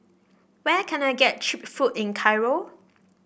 where can I get cheap food in Cairo